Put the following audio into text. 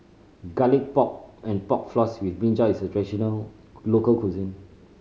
Garlic Pork and Pork Floss with brinjal is a traditional local cuisine